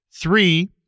Three